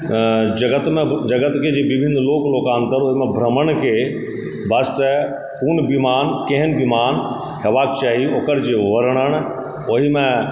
जगतम जगतके जे विभिन्न लोक लोकान्तर ओहिमे भ्रमणके वास्ते कोन विमान केहन विमान हेबाक चाही ओकर जे वर्णन ओहिमे